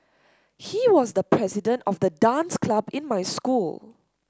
he was the president of the dance club in my school